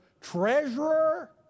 treasurer